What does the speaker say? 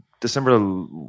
December